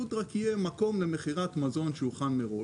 מקום למכירת מזון שהוכן מראש.